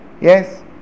Yes